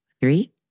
Three